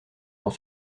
dans